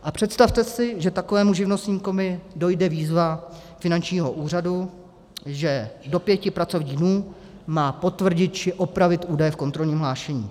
A představte si, že takovému živnostníkovi dojde výzva finančního úřadu, že do pěti pracovních dnů má potvrdit či opravit údaje v kontrolním hlášení.